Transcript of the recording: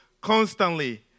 constantly